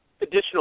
additional